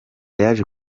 yaje